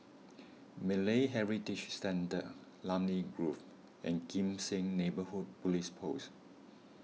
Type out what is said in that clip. Malay Heritage Centre Namly Grove and Kim Seng Neighbourhood Police Post